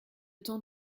temps